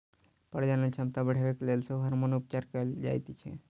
प्रजनन क्षमता बढ़यबाक लेल सेहो हार्मोन उपचार कयल जाइत छै